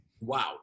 Wow